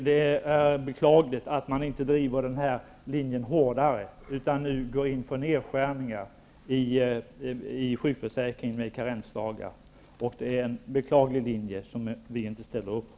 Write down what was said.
Det är beklagligt att man inte driver denna linje hårdare utan nu går in för nedskärningar i sjukförsäkringen i form av karensdagar. Det är en beklaglig linje som vi inte ställer upp på.